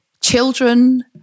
children